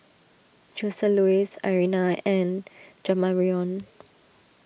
Joseluis Irena and Jamarion